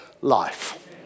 life